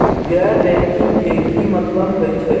गैर बैंकिंग के की मतलब हे छे?